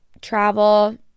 travel